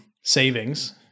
savings